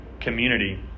community